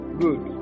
good